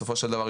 בסופו של דבר,